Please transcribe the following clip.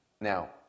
now